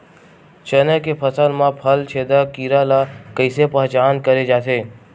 चना के फसल म फल छेदक कीरा ल कइसे पहचान करे जाथे?